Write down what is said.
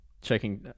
checking